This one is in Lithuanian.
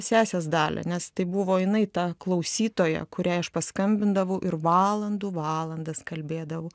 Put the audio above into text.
sesės dalią nes tai buvo jinai ta klausytoja kuriai aš paskambindavau ir valandų valandas kalbėdavau